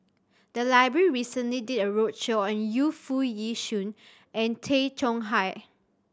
the library recently did a roadshow on Yu Foo Yee Shoon and Tay Chong Hai